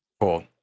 Cool